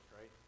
right